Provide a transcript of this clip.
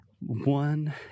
One